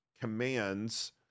commands